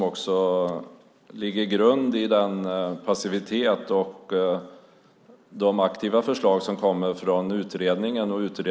Den ligger som grund för dess passivitet och de aktiva förslag som kommer från utredningen.